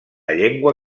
llengua